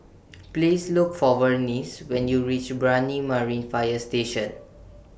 Please Look For Vernice when YOU REACH Brani Marine Fire Station